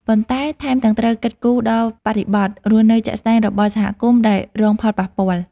ប៉ុន្តែថែមទាំងត្រូវគិតគូរដល់បរិបទរស់នៅជាក់ស្តែងរបស់សហគមន៍ដែលរងផលប៉ះពាល់។